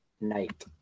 night